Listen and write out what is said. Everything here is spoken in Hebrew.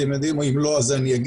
אני אגיד אם אתם לא יודעים,